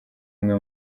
umwe